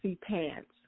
pants